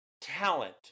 talent